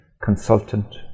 consultant